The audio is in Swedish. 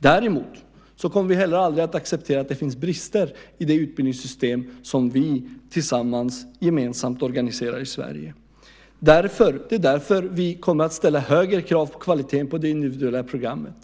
Vi kommer heller aldrig att acceptera att det finns brister i det utbildningssystem som vi gemensamt organiserar i Sverige. Det är därför vi kommer att ställa högre krav på kvaliteten på det individuella programmet.